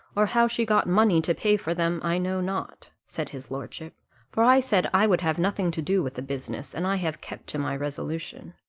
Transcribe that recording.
or how she got money to pay for them, i know not, said his lordship for i said i would have nothing to do with the business, and i have kept to my resolution.